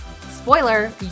Spoiler